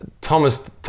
Thomas